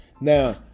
Now